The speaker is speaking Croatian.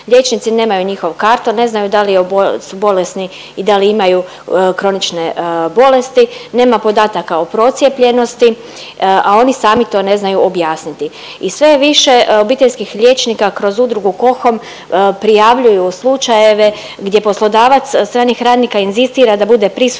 Liječnici nemaju njihov karton, ne znaju dal su bolesni i dal imaju kronične bolesti, nema podataka o procijepljenosti, a oni sami to ne znaju objasniti. I sve je više obiteljskih liječnika kroz Udrugu KoHOM prijavljuju slučajeve gdje poslodavac stranih radnika inzistira da bude prisutan